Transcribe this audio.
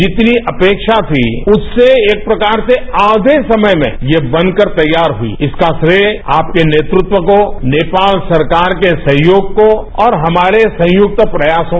जितनी अपेक्षा थी उससे एक प्रकार से आधे समय में यह बनकर तैयार हुई इसका श्रेय आपके नेतृत्व को नेपाल सरकार के सहयोग को और हमारे संयुक्त प्रयासों को